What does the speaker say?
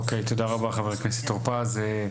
תודה רבה חבר הכנסת טור-פז,